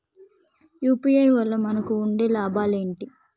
UPI వల్ల మనకు ఉండే లాభాలు ఏంటి?